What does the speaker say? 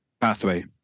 pathway